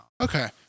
Okay